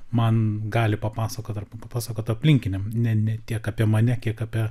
man gali papasakot arba papasakot aplinkiniam ne ne tiek apie mane kiek apie